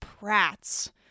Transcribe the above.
prats